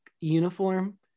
uniform